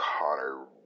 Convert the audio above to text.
Connor